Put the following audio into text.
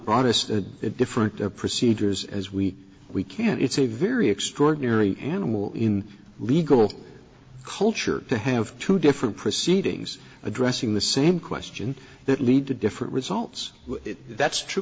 a different procedures as we we can it's a very extraordinary animal in legal culture to have two different proceedings addressing the same question that lead to different results that's true